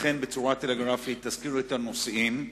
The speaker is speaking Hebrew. לכן, בצורה טלגרפית תזכיר את הנושאים,